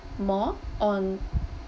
more on